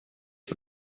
for